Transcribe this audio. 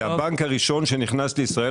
זה הבנק הראשון שנכנס לישראל,